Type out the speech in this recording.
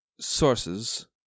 sources